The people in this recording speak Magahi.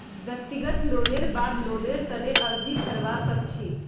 व्यक्तिगत लोनेर बाद लोनेर तने अर्जी भरवा सख छि